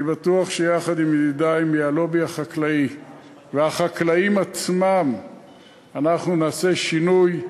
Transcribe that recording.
אני בטוח שיחד עם ידידי מהלובי החקלאי והחקלאים עצמם אנחנו נעשה שינוי,